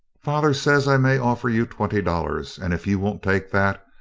father says i may offer you twenty dollars and if you won't take that,